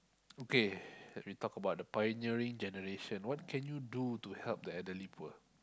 okay we talk about the pioneering generation what can we do to help the elderly poor